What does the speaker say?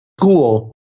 school